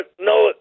no